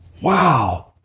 Wow